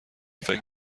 فکر